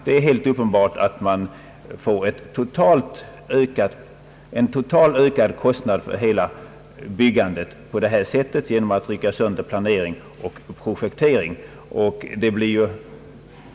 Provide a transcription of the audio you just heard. Det är helt uppenbart att man får en totalt ökad kostnad för hela byggandet genom att rycka sönder planering och projektering.